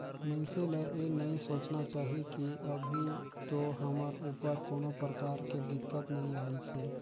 मइनसे ल ये नई सोचना चाही की अभी तो हमर ऊपर कोनो परकार के दिक्कत नइ आइसे